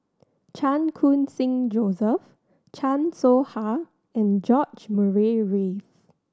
Chan Khun Sing Joseph Chan Soh Ha and George Murray Reith